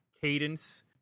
cadence